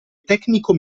tecnico